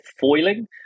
foiling